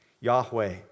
Yahweh